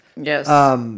Yes